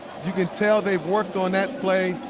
you can tell they've worked on that play,